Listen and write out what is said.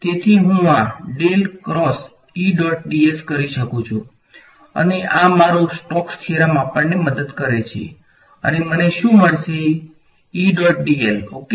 તેથી હું આ કરી શકું છું અને આ મારો સ્ટોક્સ થીયરમ આપણને મદદ કરે છે અને મને શુ મળશે ઓકે